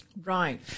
right